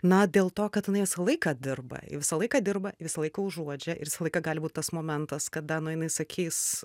na dėl to kad jinai visą laiką dirba ji visą laiką dirba visą laiką užuodžia ir visą laiką gali būt tas momentas kada nu jinai sakys